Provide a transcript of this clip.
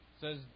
says